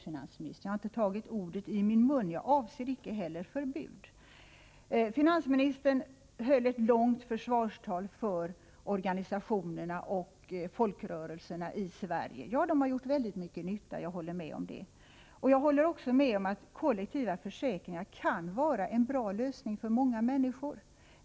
Jag har inte tagit det ordet i min mun. Jag avser icke heller förbud. Finansministern höll ett långt försvarstal till förmån för organisationerna och folkrörelserna i Sverige. Ja, dessa har gjort mycket stor nytta. Jag håller med om det. Jag håller också med om att kollektiva försäkringar kan vara en bra lösning för många människor.